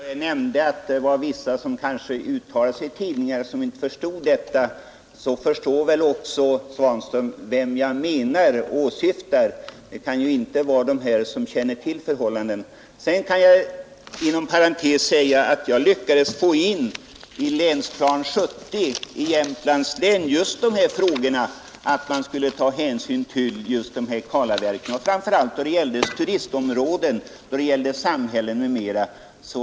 Herr talman! När jag nämnde att vissa som uttalar sig i tidningar kanske inte har förstått frågorna, så begrep väl herr Svanström vem jag åsyftade. Det kan ju inte vara någon av dem som känner till förhållandena. Sedan kan jag inom parentes säga att jag påtalade när Länsplan 70 för Jämtlands län behandlades att man när det gäller kalavverkningar skall ta hänsyn till turistområden, samhällen m.m.